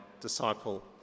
disciple